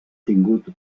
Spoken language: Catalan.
tingut